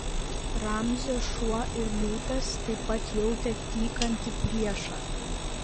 ramzio šuo ir liūtas taip pat jautė tykantį priešą